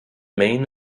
main